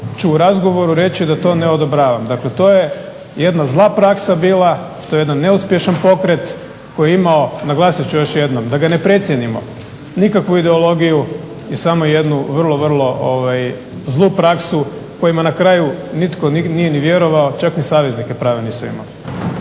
ću u razgovoru reći da to ne odobravam. Dakle to je jedna zla praksa bila, to je jedan neuspješan pokret koji je imao, naglasit ću još jednom da ga ne precijenimo, nikakvu ideologiju i samo jednu vrlo, vrlo zlu praksu kojima na kraju nitko nije ni vjerovao čak ni saveznike prave nisu imali.